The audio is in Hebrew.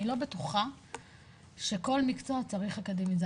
אני לא בטוחה שכל מקצוע צריך אקדמיזציה.